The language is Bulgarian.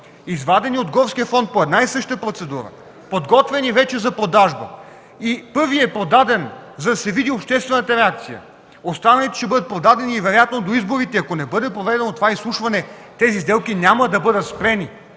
извадени от горския фонд по една и съща процедура, подготвени за продажба, и първият е продаден, за да се види обществената реакция, останалите ще бъдат продадени вероятно до изборите, ако не бъде проведено това изслушване и тези сделки няма да бъдат спрени.